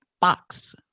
box